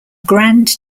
grand